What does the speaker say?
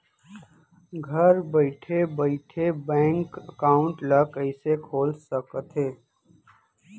घर बइठे बइठे बैंक एकाउंट ल कइसे खोल सकथे?